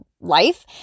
life